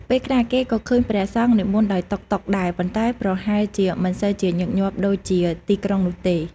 ពេលខ្លះ គេក៏ឃើញព្រះសង្ឃនិមន្តដោយតុកតុកដែរ ប៉ុន្តែប្រហែលជាមិនសូវជាញឹកញាប់ដូចជាទីក្រុងនោះទេ។